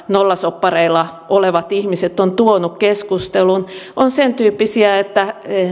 nollasoppareilla olevat ihmiset ovat tuoneet keskusteluun ovat sentyyppisiä että